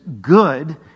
good